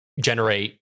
generate